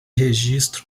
registro